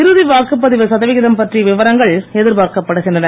இறுதி வாக்குப்பதிவு சதவிகிதம் பற்றிய விவரங்கள் எதிர்ப்பார்க்கப்படுகின்றன